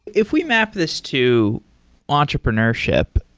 if we map this to entrepreneurship,